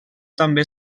també